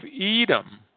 Edom